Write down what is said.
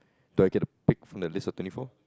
do I get to pick from the list of twenty four